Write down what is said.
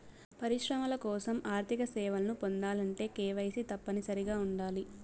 పరిశ్రమల కోసం ఆర్థిక సేవలను పొందాలంటే కేవైసీ తప్పనిసరిగా ఉండాలి